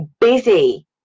busy